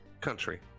Country